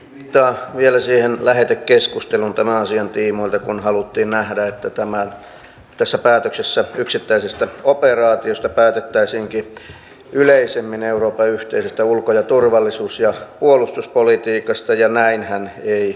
viittaan vielä siihen lähetekeskusteluun tämän asian tiimoilta kun haluttiin nähdä että tässä päätöksessä yksittäisestä operaatiosta päätettäisiinkin yleisemmin euroopan yhteisestä ulko ja turvallisuus ja puolustuspolitiikasta ja näinhän ei ole